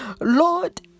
Lord